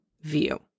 view